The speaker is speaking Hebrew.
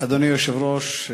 אדוני היושב-ראש,